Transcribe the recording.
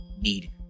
need